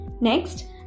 Next